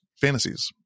fantasies